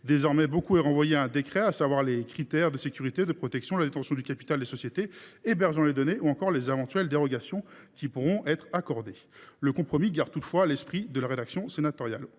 Désormais, nombre de points sont renvoyés à un décret, comme les critères de sécurité et de protection, la détention du capital des sociétés hébergeant les données ou encore les éventuelles dérogations qui pourront être accordées. Le compromis demeure toutefois conforme à l’esprit de la rédaction sénatoriale.